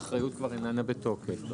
האחריות כבר איננה בתוקף.